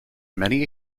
many